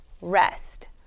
rest